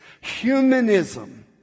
Humanism